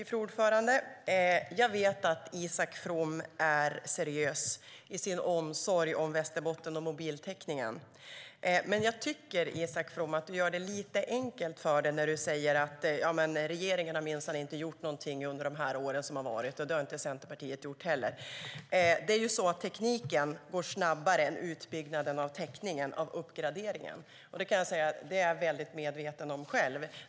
Fru talman! Jag vet att Isak From är seriös i sin omsorg om Västerbotten och mobiltäckningen där. Men jag tycker, Isak From, att du gör det lite enkelt för dig när du säger att regeringen minsann inte har gjort någonting under åren som varit och inte heller Centerpartiet. Tekniken går snabbare än utbyggnaden för täckningen och uppgraderingen. Det är jag helt medveten själv.